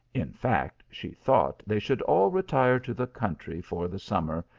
in fact she thought they should all retire to the country for the summer,